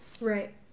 Right